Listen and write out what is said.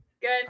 Good